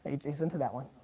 aj's into that one.